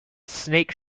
snake